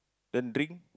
then drink